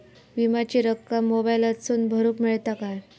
विमाची रक्कम मोबाईलातसून भरुक मेळता काय?